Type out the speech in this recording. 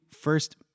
first